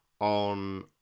on